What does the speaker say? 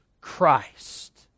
Christ